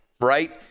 right